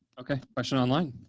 ok, question online.